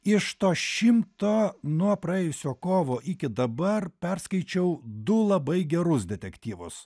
iš to šimto nuo praėjusio kovo iki dabar perskaičiau du labai gerus detektyvus